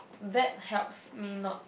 that helps me not